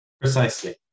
Precisely